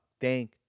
thank